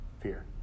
fear